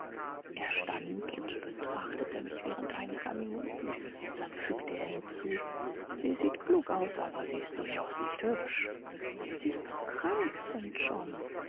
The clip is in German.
er stand und betrachtete mich während einiger minuten dann fügte er hinzu sie sieht klug aus aber sie ist durchaus nicht hübsch sie ist so krank st john